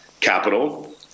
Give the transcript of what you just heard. capital